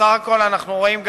ובסך הכול אנחנו רואים,